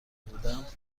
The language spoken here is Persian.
بودم